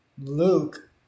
Luke